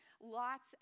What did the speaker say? lots